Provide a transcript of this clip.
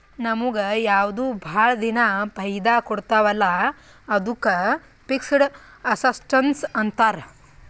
ನಮುಗ್ ಯಾವ್ದು ಭಾಳ ದಿನಾ ಫೈದಾ ಕೊಡ್ತಾವ ಅಲ್ಲಾ ಅದ್ದುಕ್ ಫಿಕ್ಸಡ್ ಅಸಸ್ಟ್ಸ್ ಅಂತಾರ್